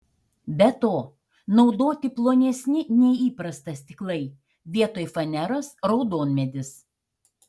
be to naudoti plonesni nei įprasta stiklai vietoj faneros raudonmedis